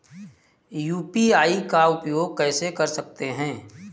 UPI का उपयोग कैसे कर सकते हैं?